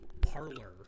Parlor